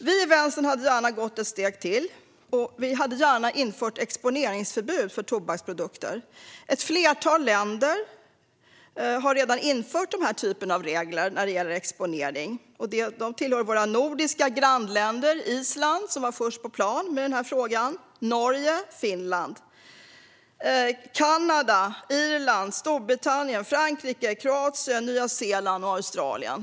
Vi i Vänstern hade gärna gått ett steg till. Vi hade gärna infört ett exponeringsförbud för tobaksprodukter. Ett flertal länder har redan infört denna typ av regler för exponering. Dit hör våra nordiska grannländer Island - som var först på plan med frågan - samt Norge och Finland. Dit hör även Kanada, Irland, Storbritannien, Frankrike, Kroatien, Nya Zeeland och Australien.